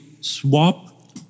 swap